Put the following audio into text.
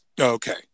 Okay